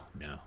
No